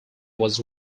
was